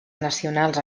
nacionals